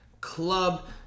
club